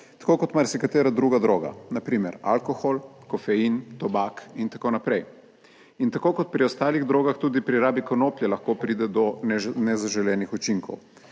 tako kot marsikatera druga droga, na primer alkohol, kofein, tobak in tako naprej in tako kot pri ostalih drogah, tudi pri rabi konoplje lahko pride do nezaželenih učinkov,